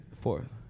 Fourth